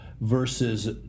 versus